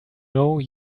know